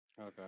okay